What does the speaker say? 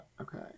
okay